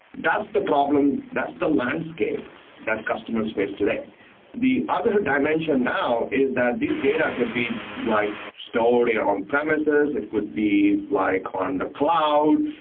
that's the problem, that's the landscape that customers face today the other dimension now is that this data could be like stored on-premises, it could be like on the cloud,